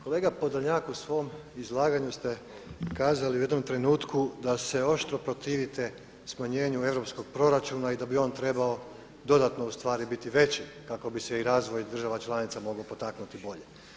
Kolega Podolnjak u svom izlaganju ste kazali u jednom trenutku da se oštro protivite smanjenju europskog proračuna i da bi on trebao dodatno ustvari biti veći kako bi se i razvoj država članica mogao potaknuti bolje.